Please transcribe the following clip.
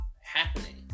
happening